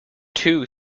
too